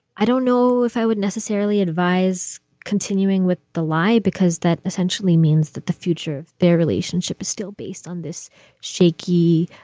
i don't know if i would necessarily advise continuing with the lie, because that essentially means that the future of their relationship is still based on this shaky,